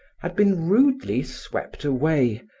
had been rudely swept away,